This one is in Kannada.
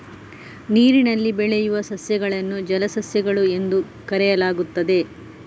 ನೀರಿನಲ್ಲಿ ಬೆಳೆಯುವ ಸಸ್ಯಗಳನ್ನು ಜಲಸಸ್ಯಗಳು ಎಂದು ಕರೆಯಲಾಗುತ್ತದೆ